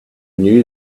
knew